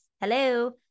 hello